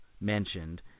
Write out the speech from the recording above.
mentioned